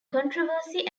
controversy